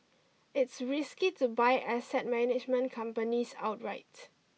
it's risky to buy asset management companies outright